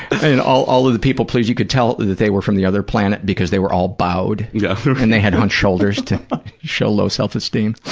and all all of the people-pleasers, you could tell that they were from the other planet because they were all bowed yeah and they had hunched shoulders to show low self-esteem.